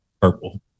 Purple